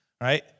right